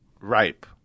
Ripe